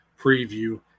preview